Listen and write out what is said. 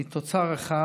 הוא תוצר אחד,